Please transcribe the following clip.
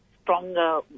stronger